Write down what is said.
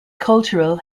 cultural